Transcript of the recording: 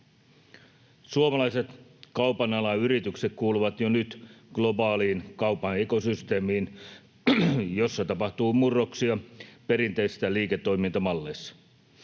Suomalaiset kaupan alan yritykset kuuluvat jo nyt globaaliin kaupan ekosysteemiin, jossa tapahtuu murroksia perinteisissä liiketoimintamalleissa.